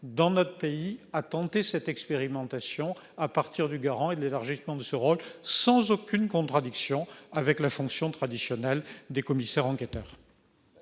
dans notre pays à tenter cette expérimentation à partir du garant et des arts justement de ce rôle sans aucune contradiction avec la fonction traditionnelle des commissaires enquêteurs.